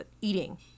Eating